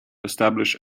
establish